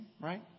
right